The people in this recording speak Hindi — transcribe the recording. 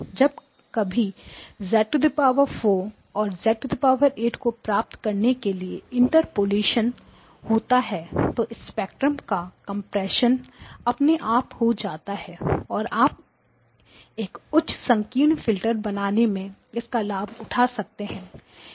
जब कभी z4 और z8 को प्राप्त करने के लिए इंटरपोलेशन होता है तो स्पेक्ट्रम का कम्प्रेशन अपने आप हो जाता हैं और आप एक उच्च संकीर्ण फिल्टर बनाने में इसका लाभ उठा सकते हैं